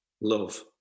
love